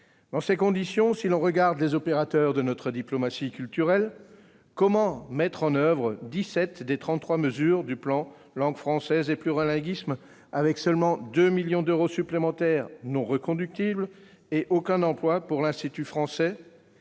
Dans ces conditions, si l'on regarde les opérateurs de notre diplomatie culturelle, comment mettre en oeuvre dix-sept des trente-trois mesures du plan Langue française et plurilinguisme avec seulement 2 millions d'euros supplémentaires non reconductibles et aucun emploi pour l'Institut français ?